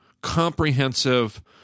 comprehensive